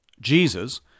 Jesus